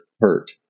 hurt